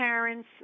parents